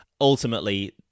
Ultimately